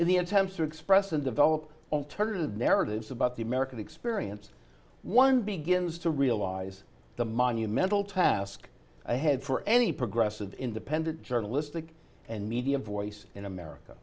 in the attempts to express and develop alternative narratives about the american experience one begins to realize the monumental task ahead for any progressive independent journalistic and media voice in america